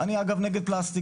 אני אגב נגד פלסטיק,